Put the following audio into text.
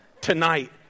tonight